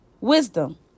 wisdom